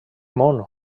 món